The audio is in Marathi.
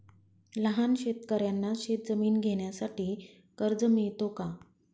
लहान शेतकऱ्यांना शेतजमीन घेण्यासाठी कर्ज मिळतो का?